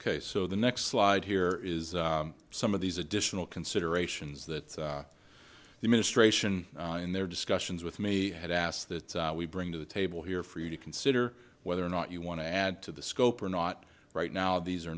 ok so the next slide here is some of these additional considerations that the ministration in their discussions with me had asked that we bring to the table here for you to consider whether or not you want to add to the scope or not right now these are